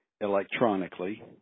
electronically